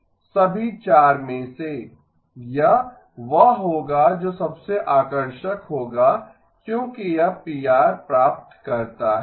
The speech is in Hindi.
सभी 4 में से यह वह होगा जो सबसे आकर्षक होगा क्योंकि यह PR प्राप्त करता है